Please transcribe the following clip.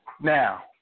Now